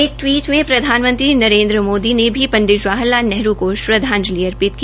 एक टवीट संदेश में प्रधानमंत्री नरेन्द्र मोदी ने भी पंडित जवाहर लाल नेहरू को श्रदवाजंलि अर्पित की